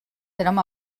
érem